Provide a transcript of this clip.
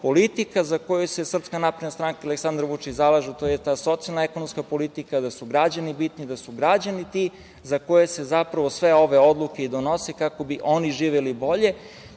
politika za koju se SNS i Aleksandar Vučić zalažu je ta socijalno-ekonomska politika, da su građani bitni, da su građani ti zbog kojih se zapravo sve ove odluke i donose, kako bi oni živeli bolje